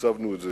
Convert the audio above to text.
תקצבנו את זה